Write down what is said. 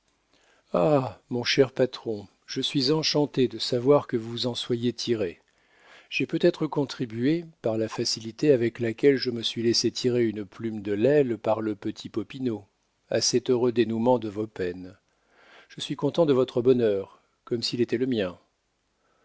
ah mon cher patron je suis enchanté de savoir que vous vous en soyez tiré j'ai peut-être contribué par la facilité avec laquelle je me suis laissé tirer une plume de l'aile par le petit popinot à cet heureux dénoûment de vos peines je suis content de votre bonheur comme s'il était le mien